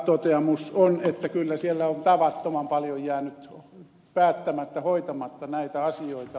toteamus on että kyllä siellä on tavattoman paljon jäänyt päättämättä hoitamatta näitä asioita